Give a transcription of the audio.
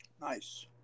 Nice